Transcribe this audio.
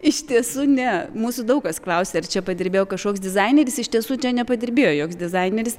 iš tiesų ne mūsų daug kas klausia ar čia padirbėjo kažkoks dizaineris iš tiesų čia nepadirbėjo joks dizaineris